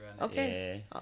Okay